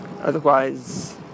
otherwise